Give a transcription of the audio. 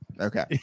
Okay